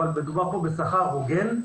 אך מדובר פה בשכר הוגן.